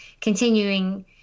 continuing